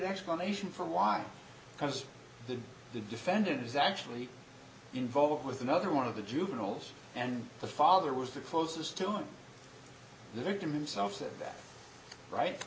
explanation for why because the defendant is actually involved with another one of the juveniles and the father was the closest to him the victim himself said that right